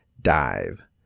Dive